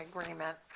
agreement